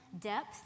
depth